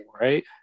right